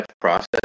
process